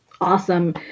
awesome